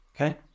okay